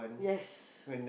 yes